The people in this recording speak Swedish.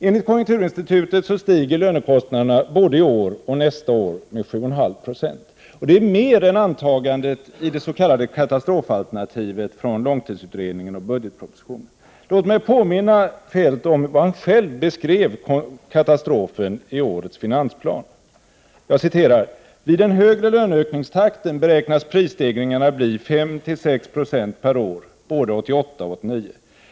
Enligt konjunkturinstitutet stiger lönekostnaderna både i år och nästa år med 7,5 20. Det är mer än antagandet i det s.k. katastrofalternativet från långtidsutredningen och budgetpropositionen. Låt mig påminna Feldt om hur han själv beskrev katastrofen i årets finansplan: ”Vid den högre löneökningstakten beräknas prisstegringarna bli 5—6 procent per år både 1988 och 1989.